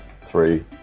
three